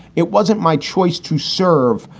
it wasn't my choice to serve,